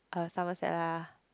uh Somerset lah